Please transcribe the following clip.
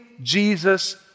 Jesus